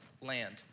land